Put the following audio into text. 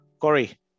Corey